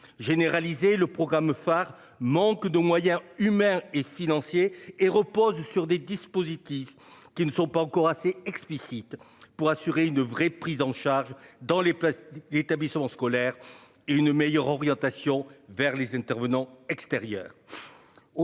généraliser le programme phare, manque de moyens humains et financiers et repose sur des dispositifs qui ne sont pas encore assez explicite pour assurer une vraie prise en charge dans les. Établissements scolaires et une meilleure orientation vers les intervenants extérieurs.